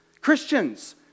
Christians